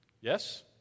Yes